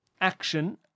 action